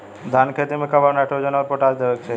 धान के खेती मे कब कब नाइट्रोजन अउर पोटाश देवे के चाही?